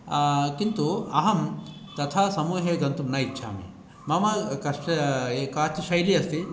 किन्तु अहं तथा समूहे गन्तुं न इच्छामि मम कश् काचित् शैली अस्ति